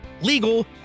legal